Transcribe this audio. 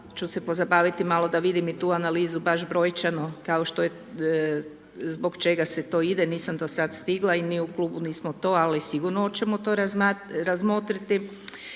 ću se pozabaviti malo da vidim i tu analizu baš brojčano kao što je, zbog čega se to ide, nisam to sad stigla i mi u klubu nismo to ali sigurno oćemo to razmotriti.